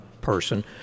person